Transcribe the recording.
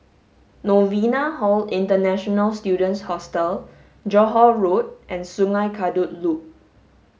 Novena Hall International Students Hostel Johore Road and Sungei Kadut Loop